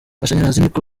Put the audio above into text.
amashanyarazi